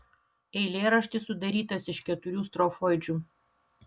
eilėraštis sudarytas iš keturių strofoidžių